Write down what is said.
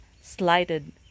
slighted